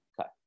Okay